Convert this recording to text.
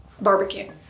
Barbecue